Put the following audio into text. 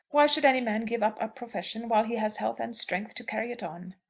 why should any man give up a profession while he has health and strength to carry it on?